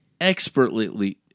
expertly